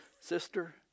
sister